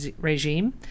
regime